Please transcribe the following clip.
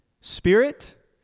Spirit